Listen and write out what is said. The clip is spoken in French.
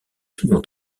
pignon